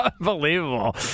Unbelievable